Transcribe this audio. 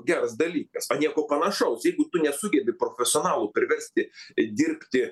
geras dalykas o nieko panašaus jeigu tu nesugebi profesionalų priversti dirbti